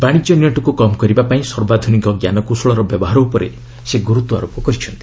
ବାଣିଜ୍ୟ ନିଅର୍ଚ୍ଚକୁ କମ୍ କରିବା ପାଇଁ ସର୍ବାଧୁନିକ ଞ୍ଜାନକୌଶଳର ବ୍ୟବହାର ଉପରେ ସେ ଗୁରୁତ୍ୱାରୋପ କରିଛନ୍ତି